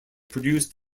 produced